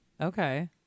Okay